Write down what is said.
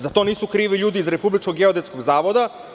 Za to nisu krivi ljudi iz Republičkog geodetskog zavoda.